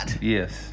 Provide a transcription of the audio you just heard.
Yes